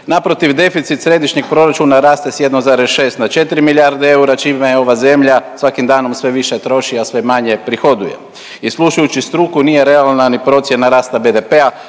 Naprotiv, deficit središnjeg proračuna raste s 1,6 na 4 milijarde eura, čime je ova zemlja svakim danom sve više troši, a sve manje prihoduje i slušajući struku, nije realna ni procjena rasta BDP-a,